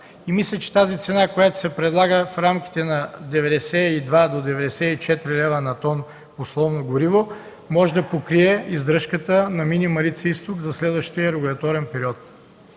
Мисля, че цената, която се предлага – в рамките между 92-94 лв. на тон условно гориво, може да покрие издръжката на мини „Марица-изток” за следващия регулаторен период.